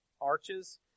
arches